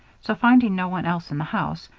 so, finding no one else in the house,